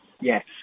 Yes